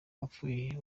uwapfuye